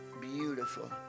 beautiful